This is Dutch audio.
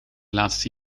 laatste